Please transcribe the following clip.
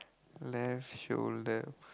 left shoulder